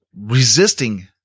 resisting